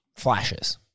flashes